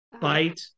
bite